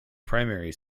primary